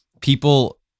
people